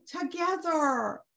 together